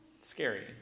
scary